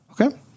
Okay